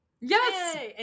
Yes